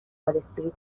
والاستریت